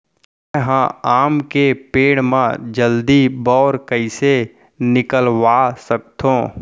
मैं ह आम के पेड़ मा जलदी बौर कइसे निकलवा सकथो?